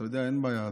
אתה יודע, אין בעיה.